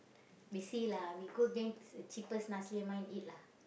we see lah we go get cheapest nasi-lemak and eat lah